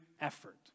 effort